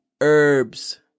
herbs